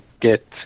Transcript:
get